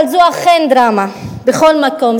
אבל זו אכן דרמה בכל מקום.